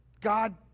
God